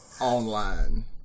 online